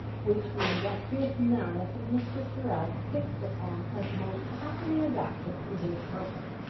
which the industrious malice of mr. tyrrel fixed upon as most happily adapted to his purpose.